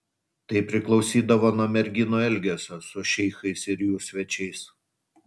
tai priklausydavo nuo merginų elgesio su šeichais ir jų svečiais